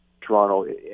Toronto